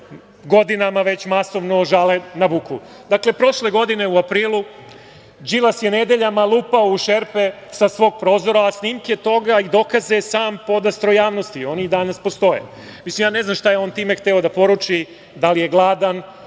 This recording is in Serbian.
godinama već masovno žale na buku. Dakle, prošle godine u aprilu, Đilas je nedeljama lupao u šerpe sa svog prozora. Snimke toga i dokaze sam podastro javnosti. Oni i danas postoje. Ne znam šta je on time hteo da poruči, da li je gladan,